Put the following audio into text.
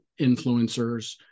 influencers